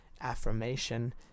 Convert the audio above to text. affirmation